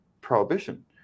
prohibition